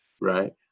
right